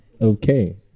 Okay